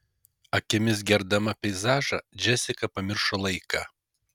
akimis gerdama peizažą džesika pamiršo laiką